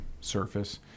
surface